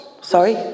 Sorry